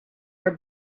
are